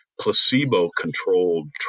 placebo-controlled